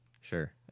sure